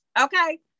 Okay